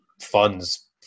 funds